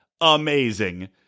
Amazing